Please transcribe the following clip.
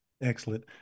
Excellent